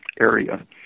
area